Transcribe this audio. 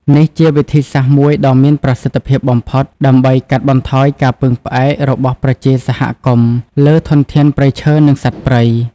នេះជាវិធីសាស្ត្រមួយដ៏មានប្រសិទ្ធភាពបំផុត ដើម្បីកាត់បន្ថយការពឹងផ្អែករបស់ប្រជាសហគមន៍លើធនធានព្រៃឈើ និងសត្វព្រៃ។